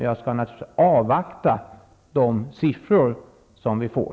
Jag skall naturligtvis avvakta de siffror vi får.